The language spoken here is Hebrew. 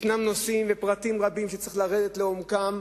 יש נושאים ופרטים רבים שצריך לרדת לעומקם,